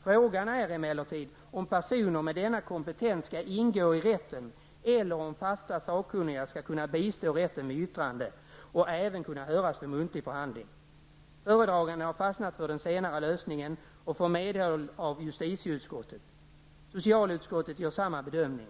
Frågan är emellertid om personer med denna kompetens skall ingå i rätten eller om till rätten fastknutna sakkunniga skall kunna bistå rätten vid yttrande och även kunna höras vid muntlig förhandling. Föredragande har fastnat för den senare lösningen och får medhåll av justitieutskottet. Socialutskottet gör samma bedömning.